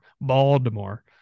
Baltimore